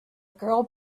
girl